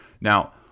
Now